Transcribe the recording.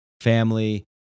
family